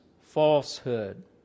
falsehood